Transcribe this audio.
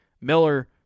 Miller